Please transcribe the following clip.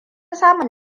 samun